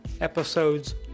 episodes